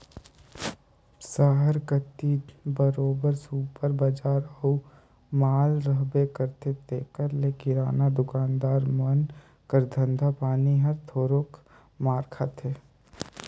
सहर कती दो बरोबेर सुपर बजार अउ माल रहबे करथे तेकर ले किराना दुकानदार मन कर धंधा पानी हर थोरोक मार खाथे